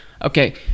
Okay